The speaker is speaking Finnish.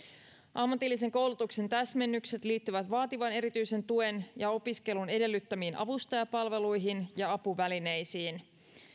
ammatillisen koulutuksen täsmennykset liittyvät vaativan erityisen tuen ja opiskelun edellyttämiin avustajapalveluihin ja apuvälineisiin